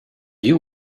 you